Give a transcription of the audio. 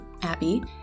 Abby